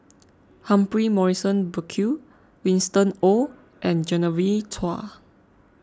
Humphrey Morrison Burkill Winston Oh and Genevieve Chua